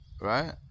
right